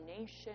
nation